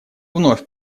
вновь